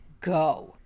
go